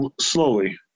slowly